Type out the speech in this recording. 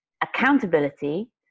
accountability